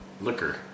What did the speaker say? liquor